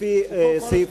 הוא פה כל הזמן.